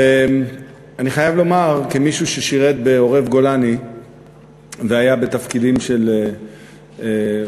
ואני חייב לומר כמישהו ששירת בעורב-גולני והיה בתפקידים שונים,